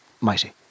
mighty